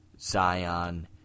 Zion